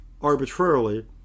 arbitrarily